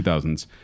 2000s